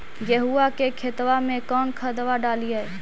गेहुआ के खेतवा में कौन खदबा डालिए?